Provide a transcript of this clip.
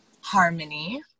harmony